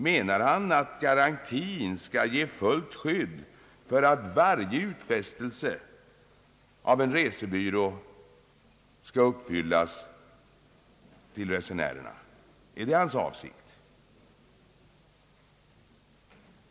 Menar han att garantin skall ge fullt skydd så att varje utfästelse till resenärerna av en resebyrå skall uppfyllas? Är det hans avsikt?